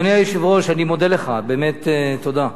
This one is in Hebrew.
אדוני היושב-ראש, אני מודה לך, באמת תודה.